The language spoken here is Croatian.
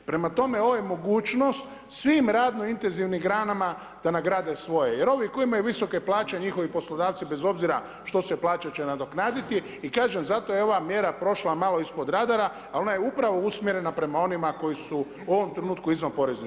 Prema tome ovo je mogućnost, svim radno intenzivnim granama da nagrade svoje, jer ove koji imaju visoke plaće, njihovi poslodavci, bez obzira što se plaća će nadoknaditi i kažem, zato je ova mjera, prošla malo ispod radara, ali ona je upravo usmjerena, prema onima koji su u ovom trenutku izvan poreznih škara.